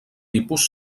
tipus